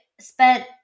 spent